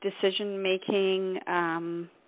decision-making